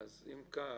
אם כך,